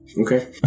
Okay